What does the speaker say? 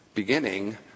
beginning